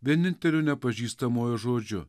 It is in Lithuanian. vieninteliu nepažįstamojo žodžiu